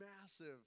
massive